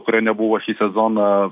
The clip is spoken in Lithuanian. kurio nebuvo šį sezoną